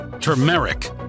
turmeric